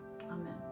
amen